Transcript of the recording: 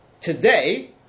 today